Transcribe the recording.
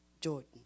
Jordan